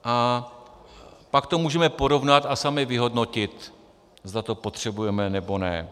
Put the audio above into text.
A pak to můžeme porovnat a sami vyhodnotit, zda to potřebujeme, nebo ne.